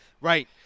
Right